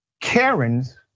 Karens